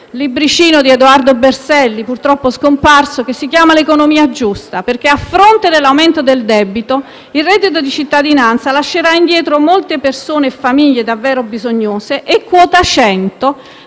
libricino di Edmondo Berselli, purtroppo scomparso, che si chiama «L'economia giusta». A fronte dell'aumento del debito il reddito di cittadinanza lascerà indietro molte persone e famiglie davvero bisognose. E quota 100